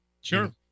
sure